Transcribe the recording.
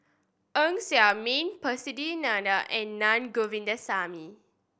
Ng Ser Miang Percy McNeice and Naa Govindasamy